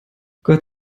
gott